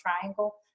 triangle